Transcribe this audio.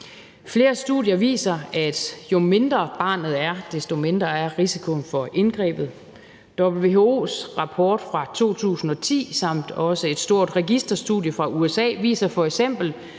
Flere studier viser, at jo mindre barnet er, desto mindre er risikoen ved indgrebet. WHO's rapport fra 2010 og også et stort registerstudie fra USA viser f.eks.,